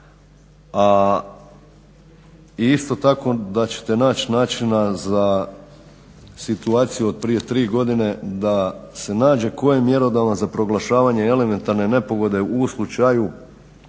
i isto tako da ćete naći načina za situaciju od prije tri godine da se nađe tko je mjerodavan za proglašavanje elementarne nepogode u slučaju